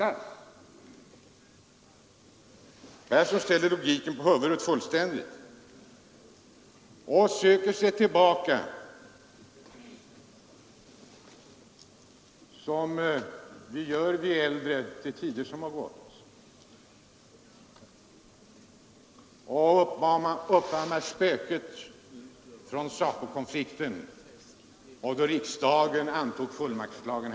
Herr Persson ställer logiken fullständigt på huvudet och söker sig tillbaka, såsom vi gör vi äldre, till tider som gått och frammanar spöket från SACO-konfliktens dagar då riksdagen tog fullmaktslagen.